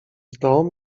dom